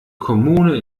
kommune